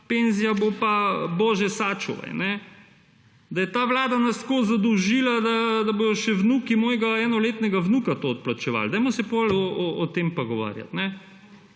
penzija bo pa – bože sačuvaj. Da je ta vlada nas tako zadolžila, da bodo še vnuki mojega enoletnega vnuka to odplačevali. Dajmo se potem o tem pogovarjati.